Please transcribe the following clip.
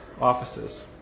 offices